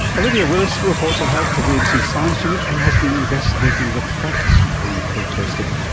olivia willis reports on health for the abc science unit and has been investigating the facts behind pill testing.